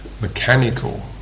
mechanical